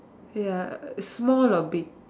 ya small or big